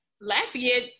Lafayette